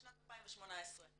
בשנת 2018?